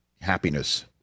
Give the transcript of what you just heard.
happiness